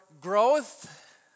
growth